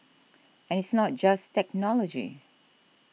and it's not just technology